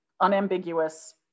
unambiguous